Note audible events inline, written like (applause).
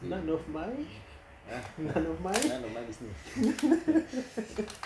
none of my (laughs) none of my (laughs)